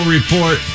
Report